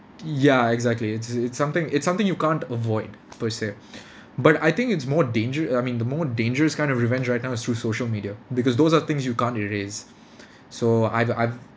ya exactly it's it's something it's something you can't avoid per se but I think it's more danger~ I mean the more dangerous kind of revenge right now is through social media because those are things you can't erase so I've I've